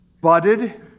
budded